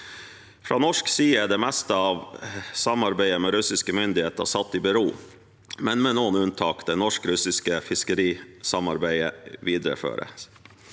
Fra norsk side er det meste av samarbeidet med russiske myndigheter satt i bero, men med noen unntak. Det norsk-russiske fiskerisamarbeidet videreføres.